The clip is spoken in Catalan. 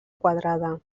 quadrada